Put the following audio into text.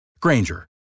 Granger